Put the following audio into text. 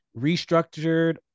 restructured